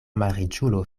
malriĉulo